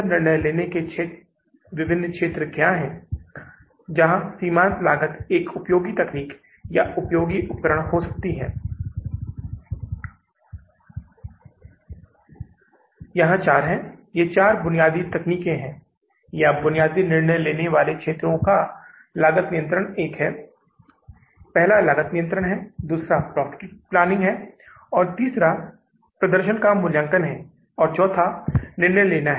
तो हमें इसका मतलब है कि यहां शुद्ध शेष का पता लगाना होगा शायद अगर आपको यह पता चले कि शुद्ध नकद प्राप्तियां या संवितरण किया गया कि कितना प्राप्त हुआ है कितना संवितरण हुआ अगर आप उसका अंतर ढूंढे हैं तो हमें पता चलता है कि यह 322000 है डॉलर एक नकारात्मक शेष है जो हमारे पास था क्योंकि हमने अधिक भुगतान किया था और या तो हमें कम मिला भुगतान ज्यादा करना पड़ा था